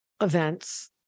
events